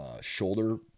shoulder